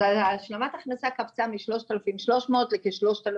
אז השלמת ההכנסה קפצה משלושת אלפים שלוש מאות,